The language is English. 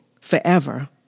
forever